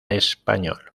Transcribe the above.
español